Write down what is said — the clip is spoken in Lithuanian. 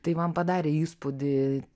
tai man padarė įspūdį